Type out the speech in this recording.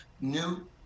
new